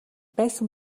байсан